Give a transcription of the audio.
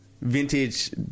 vintage